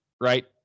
Right